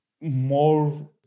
more